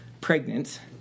pregnant